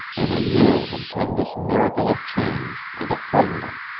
in a year had come this miracle of change, and it frightened him,